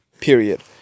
Period